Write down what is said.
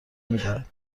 میدهد